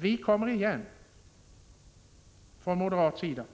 Vi kommer igen från moderaterna